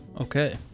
Okay